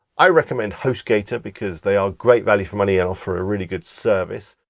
i recommend hostgator, because they are great value for money and offer a really good service.